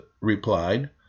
replied